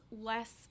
less